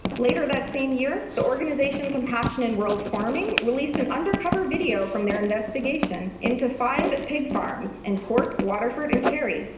later that same year, the organization compassion in world farming released an undercover video from their investigation into five pig farms in cork, waterford and kerry,